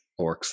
orcs